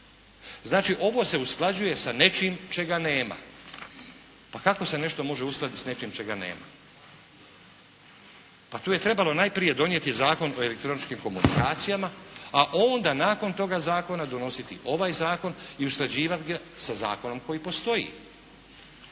Znači ovo se usklađuje sa nečim čega nema. Pa kako se nešto može uskladiti s nečim čega nema? Pa tu je trebalo najprije donijeti Zakon o elektroničkim komunikacijama, a onda nakon toga zakona donositi ovaj zakon i usklađivati ga sa zakonom koji postoji.